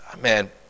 man